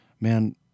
man